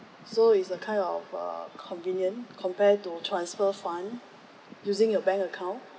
so is a kind of err convenient compared to transfer fund using your bank account